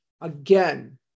Again